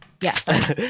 Yes